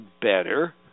better